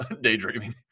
daydreaming